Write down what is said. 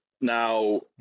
Now